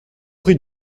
prie